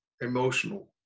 emotional